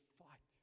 fight